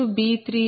0B23B325